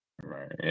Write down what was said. Right